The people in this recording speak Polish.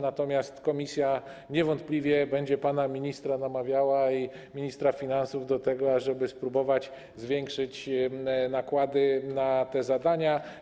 Natomiast komisja niewątpliwie będzie pana ministra i ministra finansów namawiała do tego, ażeby spróbować zwiększyć nakłady na te zadania.